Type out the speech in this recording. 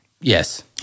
Yes